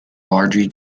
largely